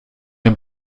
dem